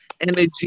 energy